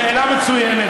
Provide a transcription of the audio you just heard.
ממש שאלה מצוינת.